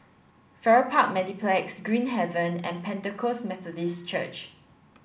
Farrer Park Mediplex Green Haven and Pentecost Methodist Church